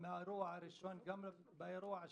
גם באירוע הראשון וגם בשני.